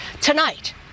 Tonight